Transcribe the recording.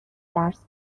درس